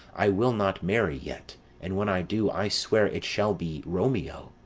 i will not marry yet and when i do, i swear it shall be romeo,